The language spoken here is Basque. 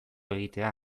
egitea